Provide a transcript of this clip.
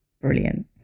brilliant